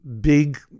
big